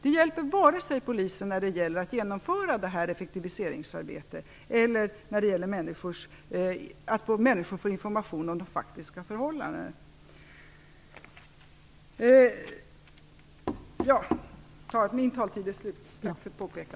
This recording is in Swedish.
Det hjälper varken Polisen att genomföra effektiviseringsarbetet eller människor att få information om de faktiska förhållandena.